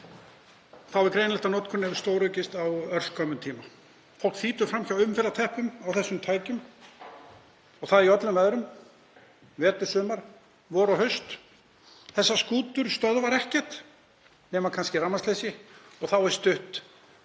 er greinilegt að notkun hefur stóraukist á örskömmum tíma. Fólk þýtur fram hjá umferðarteppum á þessum tækjum og það í öllum veðrum, vetur, sumar, vor og haust. Þessar skútur stöðvar ekkert nema kannski rafmagnsleysi og þá er stutt